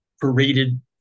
paraded